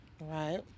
right